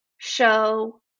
show